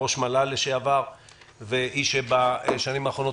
ראש מל"ל לשעבר ואיש שבשנים האחרונות